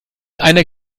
einer